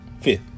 Fifth